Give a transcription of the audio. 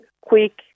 quick